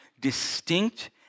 distinct